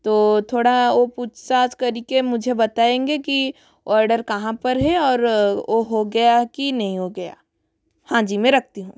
तो थोड़ा वो पूछ ताछ कर के मुझे बताएंगे कि ऑर्डर कहाँ पर है और वो हो गया है कि नहीं हो गया हाँ जी मैं रखती हूँ